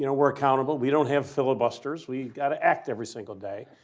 you know were accountable. we don't have filibusters, we got to act every single day.